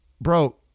bro